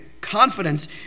confidence